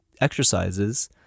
exercises